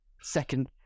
second